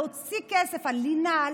להוציא כסף על לינה,